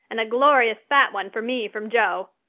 and a glorious fat one for me from jo.